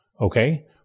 okay